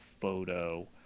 photo